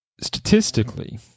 Statistically